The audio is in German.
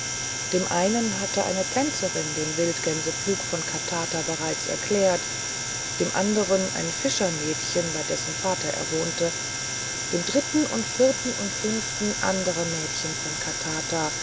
dem einen hatte eine tänzerin den wildgänseflug von katata bereits erklärt dem andern ein fischermädchen bei dessen vater er wohnte dem dritten und vierten und fünften andere mädchen von katata